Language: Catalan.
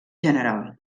general